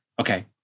Okay